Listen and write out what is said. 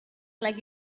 like